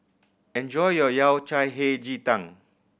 enjoy your Yao Cai Hei Ji Tang